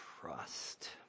trust